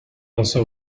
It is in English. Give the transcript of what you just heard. also